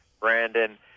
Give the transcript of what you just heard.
Brandon